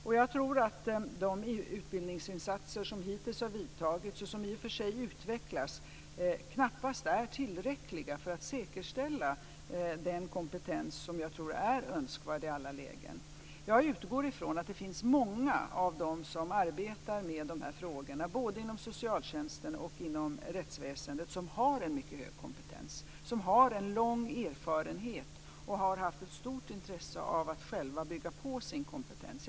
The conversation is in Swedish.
Jag tror knappast att de utbildningsinsatser som hittills har vidtagits, och som i och för sig utvecklas, är tillräckliga för att säkerställa den kompetens som jag tror är önskvärd i alla lägen. Jag utgår från att det finns många bland dem som arbetar med de här frågorna både inom socialtjänsten och inom rättsväsendet som har en mycket hög kompetens, som har en lång erfarenhet och som har haft ett stort intresse av själva bygga på sin kompetens.